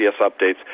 Updates